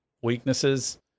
weaknesses